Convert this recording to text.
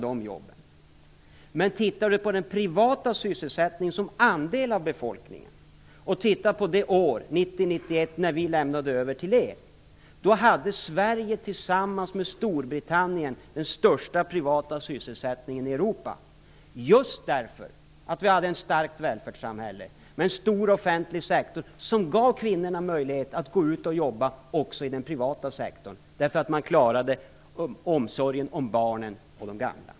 Men om du tittar på den privata sysselsättningens andel av befolkningen det år vi lämnade över till er finner du att Sverige tillsammans med Storbritannien hade den största privata sysselsättningen i Europa, just därför att vi hade ett starkt välfärdssamhälle. Vi hade en stor offentlig sektor som gav kvinnorna möjlighet att arbeta även i den privata sektorn eftersom man klarade omsorgen om barnen och de gamla.